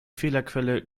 fehlerquelle